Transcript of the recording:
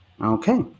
Okay